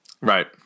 Right